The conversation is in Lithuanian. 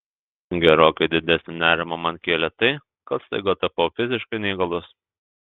gerokai didesnį nerimą man kėlė tai kad staiga tapau fiziškai neįgalus